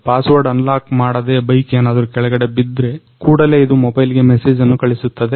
password unlock ಮಾಡದೆ bike ಏನಾದ್ರು ಕೆಳಗೆ ಬಿದ್ರೆ ಕೂಡ ಇದು ಮೊಬೈಲಿಗೆ ಮೆಸೇಜ್ ಕಳಿಸುತ್ತದೆ